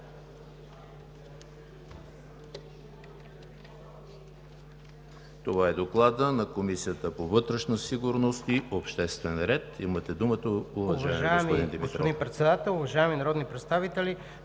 това е Докладът на Комисията по вътрешна сигурност и обществен ред. Имате думата, уважаеми господин Димитров.